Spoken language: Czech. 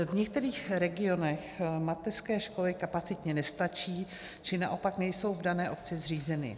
V některých regionech mateřské školy kapacitně nestačí, či naopak nejsou v dané obci zřízeny.